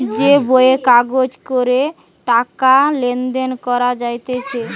যে বইয়ের কাগজে করে টাকা লেনদেন করা যাইতেছে